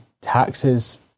taxes